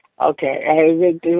Okay